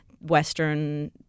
Western